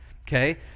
okay